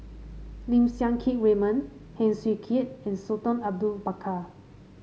Lim Siang Keat Raymond Heng Swee Keat and Sultan Abu Bakar